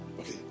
Okay